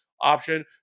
option